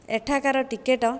ଏଠାକାର ଟିକେଟ